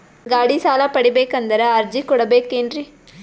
ಗಾಡಿ ಸಾಲ ಪಡಿಬೇಕಂದರ ಅರ್ಜಿ ಕೊಡಬೇಕೆನ್ರಿ?